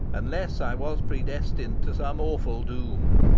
unless i was predestined to some awful doom.